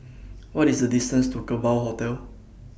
What IS The distance to Kerbau Hotel